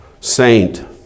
saint